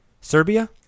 Serbia